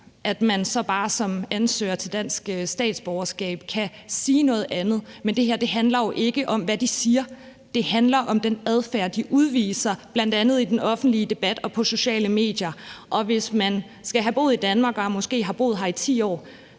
så bare som ansøger til dansk statsborgerskab kan sige noget andet, vil jeg sige, at det her jo ikke handler om, hvad de siger. Det handler om den adfærd, de udviser, bl.a. i den offentlige debat og på sociale medier, og hvis man måske har boet her i 10 år,